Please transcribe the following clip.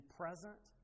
present